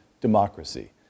democracy